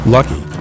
Lucky